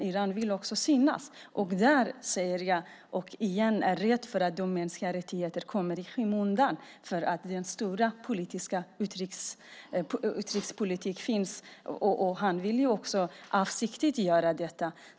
Iran vill också synas. Där är jag återigen rädd för att de mänskliga rättigheterna kommer i skymundan för att den stora utrikespolitiken finns. Man vill ju också avsiktligt göra detta.